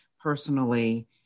personally